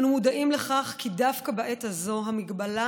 אנו מודעים לכך כי דווקא בעת הזאת המגבלה